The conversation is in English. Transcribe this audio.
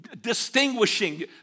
distinguishing